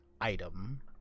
item